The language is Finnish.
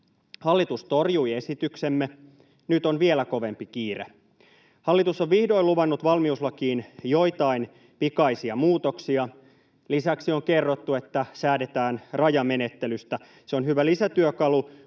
Hallitus torjui esityksemme. Nyt on vielä kovempi kiire. Hallitus on vihdoin luvannut valmiuslakiin joitain pikaisia muutoksia. Lisäksi on kerrottu, että säädetään rajamenettelystä. Se on hyvä lisätyökalu,